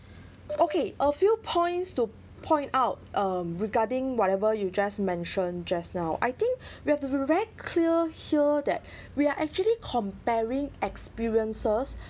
okay a few points to point out um regarding whatever you just mentioned just now I think we have to be very clear here that we are actually comparing experiences